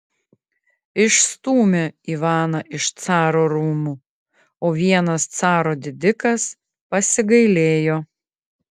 išstūmė ivaną iš caro rūmų o vienas caro didikas pasigailėjo